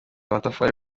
amatafari